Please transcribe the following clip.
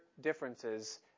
differences